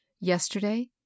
Yesterday